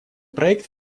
проект